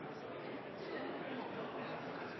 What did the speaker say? Jeg har nettopp sagt at vi har